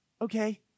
Okay